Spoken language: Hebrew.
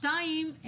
שתיים,